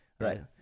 Right